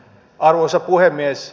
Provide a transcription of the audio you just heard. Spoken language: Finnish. arvoisa puhemies